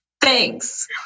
thanks